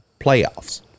playoffs